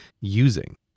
using